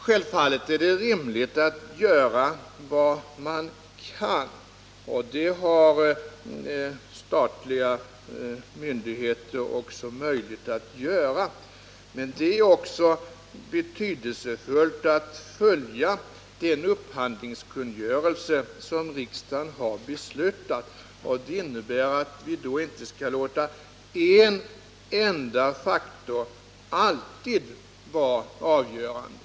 Självfallet är det rimligt att göra vad man kan, och det har statliga myndigheter också möjligheter att göra, men det är också betydelsefullt att följa den upphandlingskungörelse som riksdagen har beslutat, och det innebär att vi inte skall låta en enda faktor alltid vara avgörande.